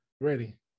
ready